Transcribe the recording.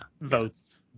votes